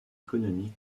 économique